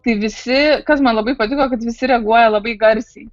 kai visi kas man labai patiko kad visi reaguoja labai garsiai